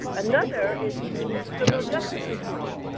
another is through criminal justice reform.